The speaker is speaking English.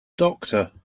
doctor